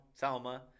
Salma